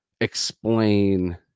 explain